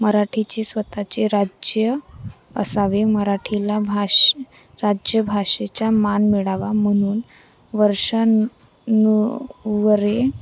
मराठीचे स्वतःचे राज्य असावे मराठीला भाष राज्यभाषेचा मान मिळावा म्हणून वर्षानुवरे